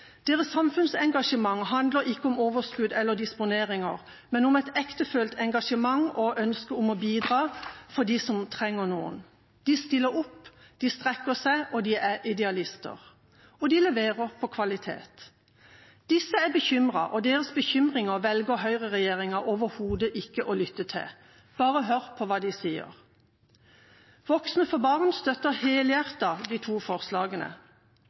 Deres samfunnsengasjement handler ikke om overskudd eller disponeringer, men om et ektefølt engasjement og et ønske om å bidra for dem som trenger noen. De stiller opp, de strekker seg, de er idealister. Og de leverer på kvalitet. Disse er bekymret, og deres bekymringer velger høyreregjeringen overhodet ikke å lytte til. Bare hør på hva de sier: Voksne for Barn støtter helhjertet forslagene. De